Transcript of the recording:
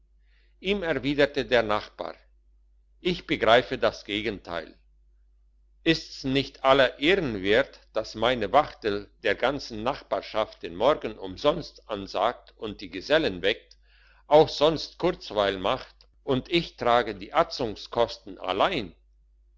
ihm erwiderte der nachbar ich begreife das gegenteil ists nicht aller ehren wert daß meine wachtel der ganzen nachbarschaft den morgen umsonst ansagt und die gesellen weckt auch sonst kurzweil macht und ich trage die atzungskosten allein